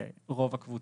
זה רוב הקבוצה.